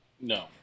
No